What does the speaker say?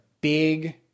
big